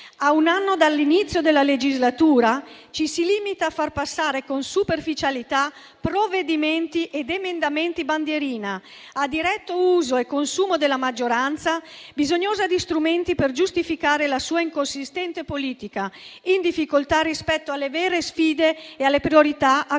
A un anno dall'inizio della legislatura ci si limita a far passare con superficialità provvedimenti ed emendamenti bandierina, a diretto uso e consumo della maggioranza, bisognosa di strumenti per giustificare la sua inconsistente politica, in difficoltà rispetto alle vere sfide e alle priorità cui siamo